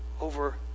over